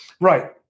Right